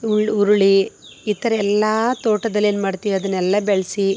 ಉರ್ ಉರುಳಿ ಈ ಥರ ಎಲ್ಲ ತೋಟದಲ್ಲಿ ಏನು ಮಾಡ್ತೀವಿ ಅದನ್ನೆಲ್ಲ ಬೆಳೆಸಿ